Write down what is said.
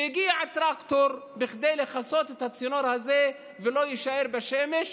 הגיע טרקטור כדי לכסות את הצינור הזה שלא יישאר בשמש,